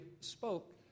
spoke